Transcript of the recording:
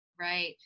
Right